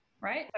right